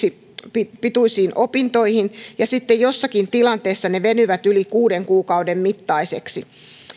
pituisiin opintoihin ja sitten jossakin tilanteessa ne venyvät yli kuuden kuukauden mittaisiksi